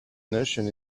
notion